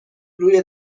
روی